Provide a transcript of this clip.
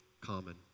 common